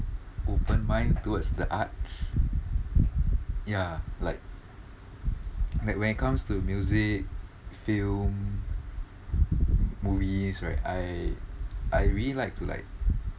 open mind towards the arts ya like like when it comes to music film movies right I I really like to like